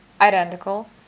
identical